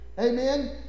Amen